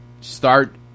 start